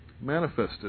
manifested